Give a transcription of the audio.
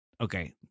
Okay